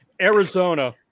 Arizona